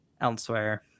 elsewhere